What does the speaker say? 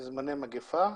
בזמני מגפה.